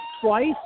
twice